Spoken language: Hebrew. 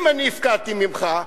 אם אני הפקעתי ממך,